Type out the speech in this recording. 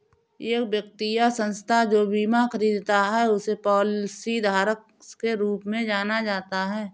एक व्यक्ति या संस्था जो बीमा खरीदता है उसे पॉलिसीधारक के रूप में जाना जाता है